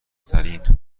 ترین